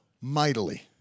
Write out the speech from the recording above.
Mightily